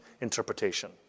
interpretation